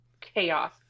chaos